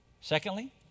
Secondly